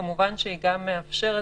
וכמובן היא גם מאפשרת,